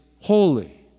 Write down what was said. holy